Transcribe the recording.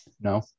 no